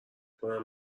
کنم